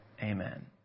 amen